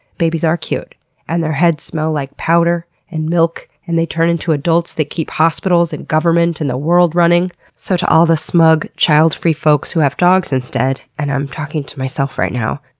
babies are cute and their heads smell like powder and milk, and they turn into adults that keep hospitals and government and the world running. so to all the smug, childfree folks who have dogs instead, and i'm talking to myself right now,